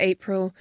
April